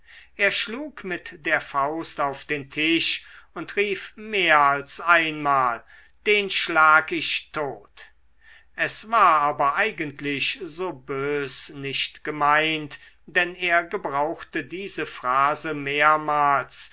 er schlug mit der faust auf den tisch und rief mehr als einmal den schlag ich tot es war aber eigentlich so bös nicht gemeint denn er gebrauchte diese phrase mehrmals